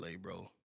bro